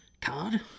Card